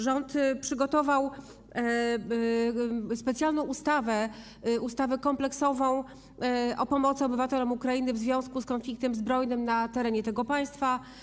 Rząd przygotował specjalną ustawę, ustawę kompleksową o pomocy obywatelom Ukrainy w związku z konfliktem zbrojnym na terenie tego państwa.